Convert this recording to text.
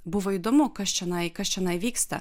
buvo įdomu kas čionai kas čionai vyksta